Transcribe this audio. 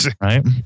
right